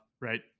right